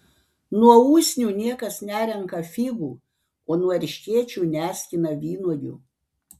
nuo usnių niekas nerenka figų o nuo erškėčių neskina vynuogių